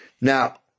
Now